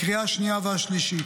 לקריאה השנייה והשלישית.